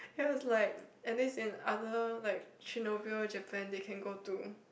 ya it is like at least in other like Chernobyl Japan they can go to